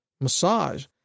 massage